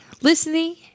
listening